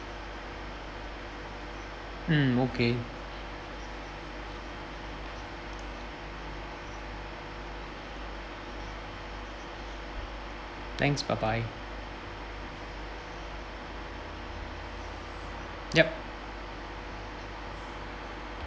mm okay thanks bye bye yup